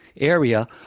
area